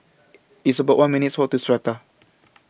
It's about one minutes' Walk to Strata